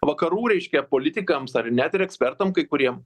vakarų reiškia politikams ar net ir ekspertam kai kuriem